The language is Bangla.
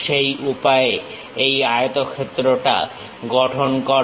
সেই উপায়ে এই আয়তক্ষেত্রটা গঠন করো